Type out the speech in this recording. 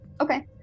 Okay